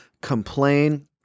complain